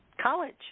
college